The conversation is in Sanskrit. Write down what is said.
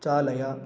चालय